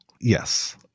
Yes